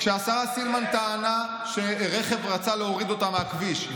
כשהשרה סילמן טענה שרכב רצה להוריד אותה מהכביש,